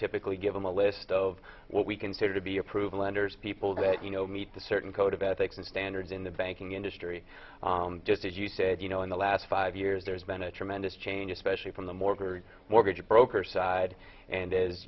typically give them a list of what we consider to be approved lenders people that you know meet the certain code of ethics and standards in the banking industry just as you said you know in the last five years there's been a tremendous change especially from the more very mortgage brokers side and